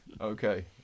okay